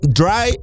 dry